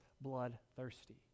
bloodthirsty